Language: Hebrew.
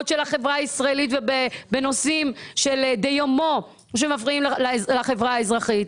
של החברה הישראלית ובנושאים של יום כאלה שמפריעים לחברה האזרחית.